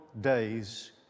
days